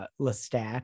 Lestat